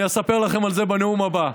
אספר לכם על זה בנאום הבא.